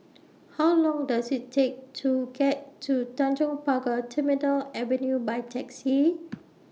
How Long Does IT Take to get to Tanjong Pagar Terminal Avenue By Taxi